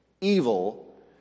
evil